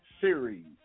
series